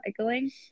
recycling